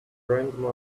grandma